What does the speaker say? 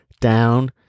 down